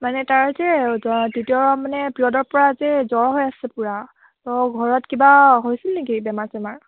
মানে তাৰ যে মানে পিৰিয়দৰ পৰা যে জ্বৰ হৈ আছে পুৰা ঘৰত কিবা হৈছিল নিকি বেমাৰ চেমাৰ